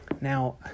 Now